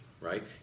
Right